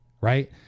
right